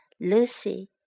Lucy